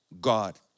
God